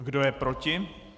Kdo je proti?